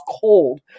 cold